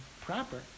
proper